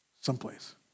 someplace